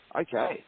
Okay